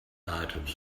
items